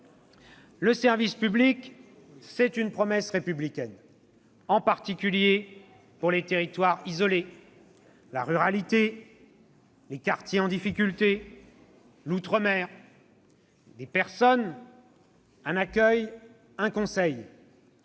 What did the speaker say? Le service public, c'est une promesse républicaine, en particulier pour les territoires isolés, la ruralité, les quartiers, l'outre-mer. Des personnes, un accueil, un conseil